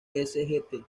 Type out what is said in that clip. sgt